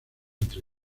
entre